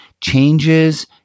changes